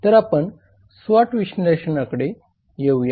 तर आपण स्वॉट विश्लेषणाकडे येऊया